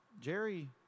Jerry